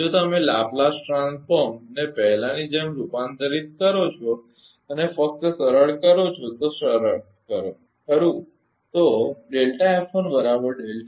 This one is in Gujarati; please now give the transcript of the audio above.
જો તમે લેપ્લેસ ટ્રાંસફોર્મને પહેલાની જેમ રૂપાંતરિત કરો છો અને ફક્ત સરળ કરો છો તો સરળ કરો ખરું